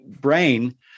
brain